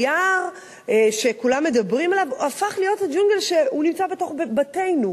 היער שכולם מדברים עליו הפך להיות הג'ונגל שנמצא בתוך בתינו.